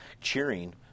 cheering